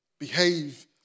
Behave